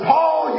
Paul